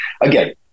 again